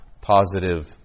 positive